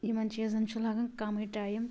یِمَن چیٖزَن چھُ لَگان کَمٕے ٹایِم تہٕ